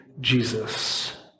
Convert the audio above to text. Jesus